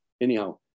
anyhow